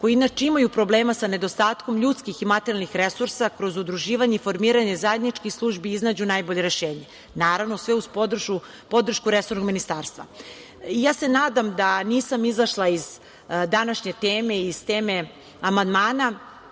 inače imaju problema sa nedostatkom ljudskih i materijalnih resursa, kroz udruživanje i formiranje zajedničkih službi, iznađu najbolje rešenje. Naravno, sve uz podršku resornog ministarstva. Ja se nadam da nisam izašla iz današnje teme i iz teme amandmana